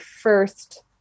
first